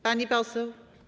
Pani poseł.